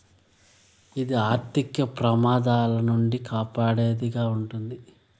ఇది ఆర్థిక ప్రమాదాల నుండి కాపాడేది గా ఉంటది